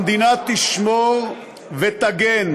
המדינה תשמור ותגן